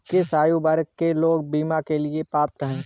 किस आयु वर्ग के लोग बीमा के लिए पात्र हैं?